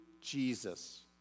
Jesus